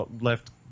left